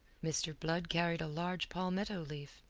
mr. blood carried a large palmetto leaf.